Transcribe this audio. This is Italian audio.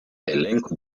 elenco